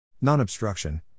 Non-obstruction